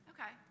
Okay